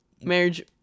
marriage